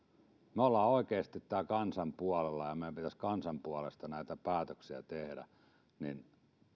me olemme oikeasti täällä kansan puolella ja meidän pitäisi kansan puolesta näitä päätöksiä tehdä